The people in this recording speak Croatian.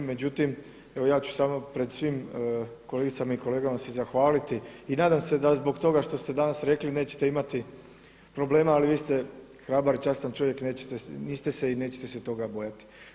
Međutim, evo ja ću samo pred svim kolegicama i kolegama se zahvaliti i nadam se da zbog toga što ste danas rekli nećete imati problema, ali vi ste hrabar i častan čovjek i niste se i nećete se toga bojati.